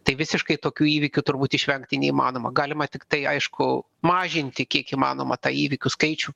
tai visiškai tokių įvykių turbūt išvengti neįmanoma galima tiktai aišku mažinti kiek įmanoma tą įvykių skaičių